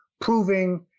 proving